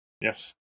Yes